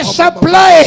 supply